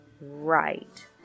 Right